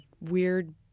weird